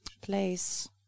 place